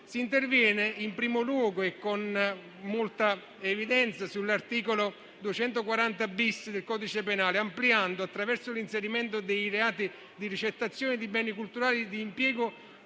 Si interviene, in primo luogo e con molta evidenza, sull'articolo 240-*bis* del codice penale, ampliandolo, attraverso l'inserimento dei reati di ricettazione di beni culturali e di impiego